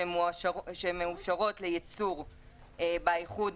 שהן מאושרות ליצור באיחוד